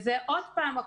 עוד פעם,